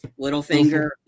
Littlefinger